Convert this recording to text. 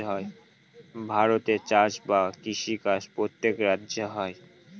ভারতে চাষ বা কৃষি কাজ প্রত্যেক রাজ্যে হয়